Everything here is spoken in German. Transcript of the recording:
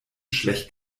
schlecht